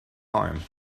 harm